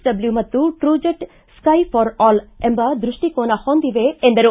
W ಮತ್ತು TruJet sigh for all ಎಂಬ ದೃಷ್ಟಿಕೊನ ಹೊಂದಿವೆ ಎಂದರು